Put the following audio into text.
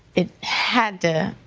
it had to,